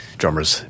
drummers